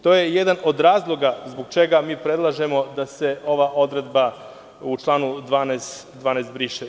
To je jedan od razloga zbog čega mi predlažemo da se ova odredba u članu 12. briše.